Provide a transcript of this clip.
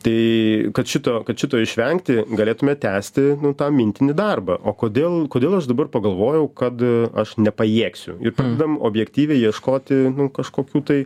tai kad šito kad šito išvengti galėtume tęsti tą mintinį darbą o kodėl kodėl aš dabar pagalvojau kad aš nepajėgsiu ir pradedam objektyviai ieškoti kažkokių tai